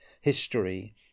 history